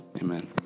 amen